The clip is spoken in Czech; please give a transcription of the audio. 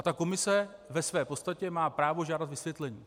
Ta komise má ve své podstatě právo žádat vysvětlení.